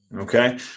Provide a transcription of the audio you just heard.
okay